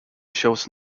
shows